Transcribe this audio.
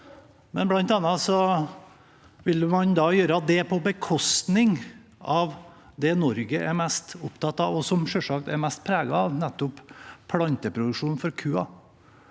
men man vil bl.a. gjøre det på bekostning av det Norge er mest opptatt av og selvsagt mest preget av, nemlig planteproduksjon for kua.